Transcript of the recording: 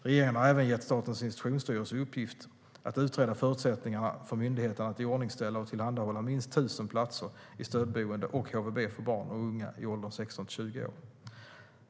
Regeringen har även gett Statens institutionsstyrelse i uppgift att utreda förutsättningarna för myndigheten att iordningställa och tillhandahålla minst 1 000 platser i stödboende och HVB för barn och unga i åldern 16-20 år.